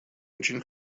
очень